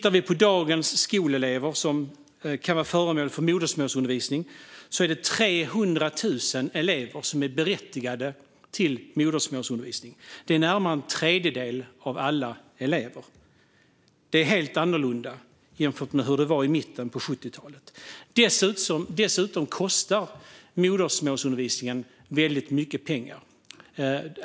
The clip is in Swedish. Av dagens skolelever är 300 000 berättigade till modersmålsundervisning. Det är närmare en tredjedel av alla elever. Det är helt annorlunda mot hur det var i mitten av 70-talet. Dessutom kostar modersmålsundervisningen mycket pengar.